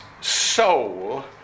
soul